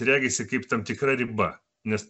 regisi kaip tam tikra riba nes